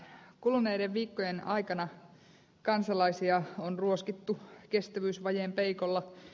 kuluneiden viikkojen aikana kansalaisia on ruoskittu kestävyysvajeen peikolla